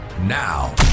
now